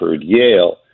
Yale